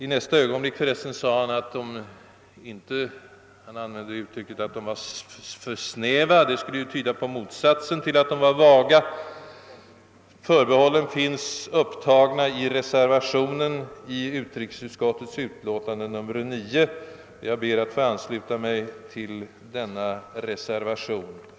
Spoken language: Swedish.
I nästa ögonblick använde han för resten uttrycket att de var för snäva, och det borde tyda på motsatsen till att de var för vaga. Våra förbehåll finns upptagna i reservationen vid utrikesutskottets utlåtande nr 9. Jag ber att få yrka bifall till denna reservation.